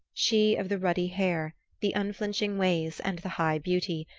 she of the ruddy hair, the unflinching ways, and the high beauty,